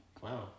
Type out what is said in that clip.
Wow